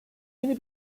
yeni